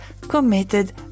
committed